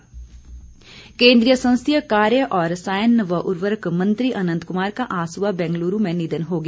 निधन केन्द्रीय संसदीय कार्य और रसायन व उर्वरक मंत्री अनंत कुमार का आज सुबह बैंगलूरू में निधन हो गया